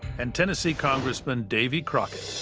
and tennessee congressman davy crockett.